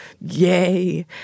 yay